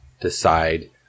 decide